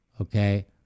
Okay